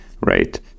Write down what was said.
Right